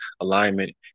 alignment